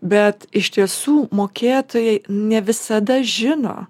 bet iš tiesų mokėtojai ne visada žino